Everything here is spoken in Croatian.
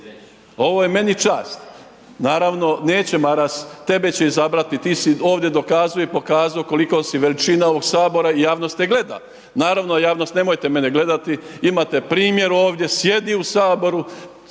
Ovo je meni čast. Naravno, neće Maras, tebe će izabrati, ti ovdje dokazao i pokazao koliko si veličina ovog Sabora i javnost te gleda. Naravno, javnost nemojte mene gledati, imate primjer ovdje, sjedi u Saboru.